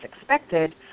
expected